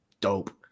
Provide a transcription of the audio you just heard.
Dope